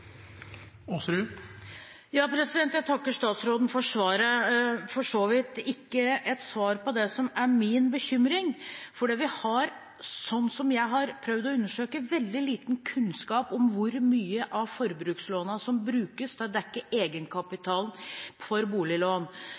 Jeg takker statsråden for svaret – for så vidt ikke et svar på det som er min bekymring. Vi har, etter det jeg har sett når jeg har prøvd å undersøke det, veldig liten kunnskap om hvor mye av forbrukslånene som brukes til å dekke egenkapitalen for boliglån.